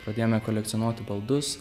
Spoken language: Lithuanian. pradėjome kolekcionuoti baldus